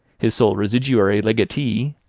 his sole residuary legatee,